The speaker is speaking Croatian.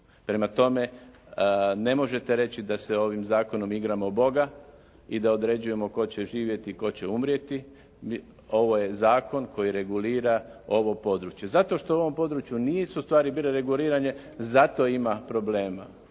Prema tome, ne možete reći da se ovim zakonom igramo Boga i da određujemo tko će živjeti, tko će umrijeti. Ovo je zakon koji regulira ovo područje. Zato što u ovom području nisu stvari bile regulirane zato ima problema